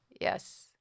Yes